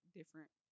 different